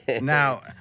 Now